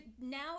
now